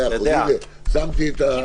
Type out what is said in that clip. מאה אחוז, הנה, שמתי את המיקרופון רחוק.